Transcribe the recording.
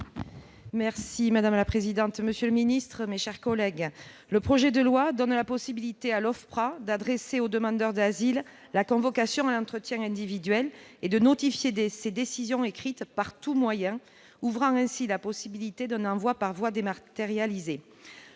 est ainsi libellé : La parole est à Mme Maryse Carrère. Le projet de loi donne la possibilité à l'OFPRA d'adresser au demandeur d'asile la convocation à l'entretien individuel et de notifier ses décisions écrites « par tout moyen », ouvrant ainsi la possibilité d'un envoi par voie dématérialisée.